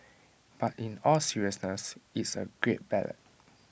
but in all seriousness it's A great ballad